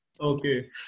okay